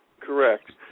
correct